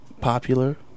popular